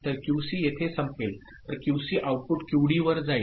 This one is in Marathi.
तर QC येथे संपेल तर QC आउटपुट QD वर जाईल